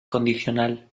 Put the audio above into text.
condicional